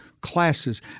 classes